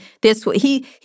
this—he